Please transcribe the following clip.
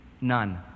none